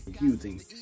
using